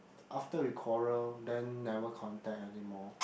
after we quarrel then never contact anymore